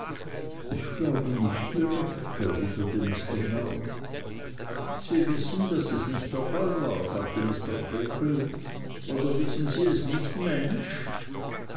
ich glaube nicht direkt erwiderte mr mell sie wissen daß es nicht der fall war sagte mr creakle oder wissen sie es nicht mensch